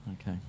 Okay